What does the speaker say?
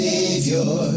Savior